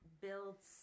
builds